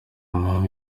mpamvu